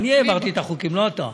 אני העברתי את החוקים, לא אתה.